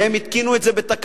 והם התקינו את זה בתקנות,